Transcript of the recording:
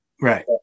Right